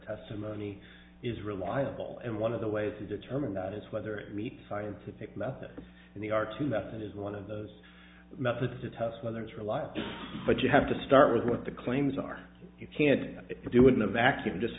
testimony is reliable and one of the ways to determine that is whether it meets scientific method and they are to that it is one of those methods to test whether it's reliable but you have to start with what the claims are you can't do it in a vacuum just